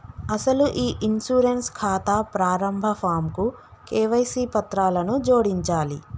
అసలు ఈ ఇన్సూరెన్స్ ఖాతా ప్రారంభ ఫాంకు కేవైసీ పత్రాలను జోడించాలి